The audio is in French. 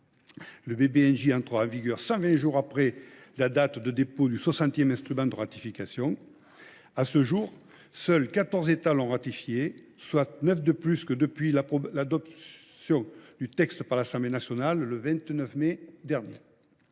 Le BBNJ entrera en vigueur 120 jours après la date de dépôt du soixantième instrument de ratification. À ce jour, seuls quatorze États l’ont ratifié, soit neuf de plus depuis l’adoption du texte par l’Assemblée nationale, le 29 mai dernier.